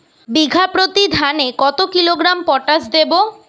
বিঘাপ্রতি ধানে কত কিলোগ্রাম পটাশ দেবো?